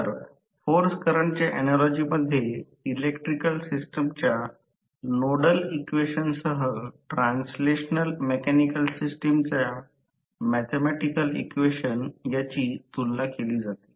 तर फोर्स करंटच्या ऍनालॉजी मध्ये इलेक्ट्रिकल सिस्टमच्या नोडल इक्वेशनसह ट्रान्सलेशनल मेकॅनिकल सिस्टम च्या मॅथॅमॅटिकल इक्वेशन याची तुलना केली जाते